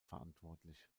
verantwortlich